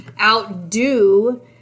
outdo